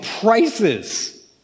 prices